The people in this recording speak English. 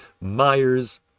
Myers